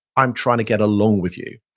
i'm trying to get along with you.